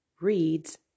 reads